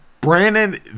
Brandon